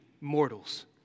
mortals